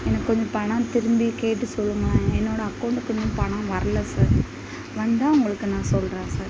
எனக்கு கொஞ்சம் பணம் திரும்பியும் கேட்டு சொல்லுங்களேன் என்னோடய அக்கௌண்டுக்கு இன்னும் பணம் வரல சார் வந்தால் உங்களுக்கு நான் சொல்கிறேன் சார்